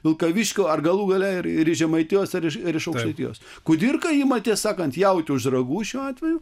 vilkaviškio ar galų gale ir ir žemaitijos ar iš iš aukštaitijos kudirka ima tiesą sakant jautį už ragų šiuo atveju